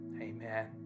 Amen